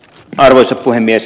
arvoisa puhemies